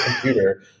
computer